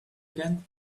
again